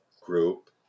group